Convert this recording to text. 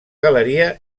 galeria